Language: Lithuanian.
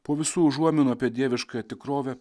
po visų užuominų apie dieviškąją tikrovę